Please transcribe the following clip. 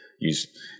use